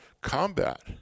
combat